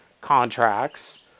contracts